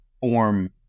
form